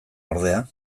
ordea